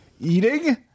eating